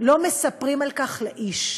לא מספרים על כך לאיש.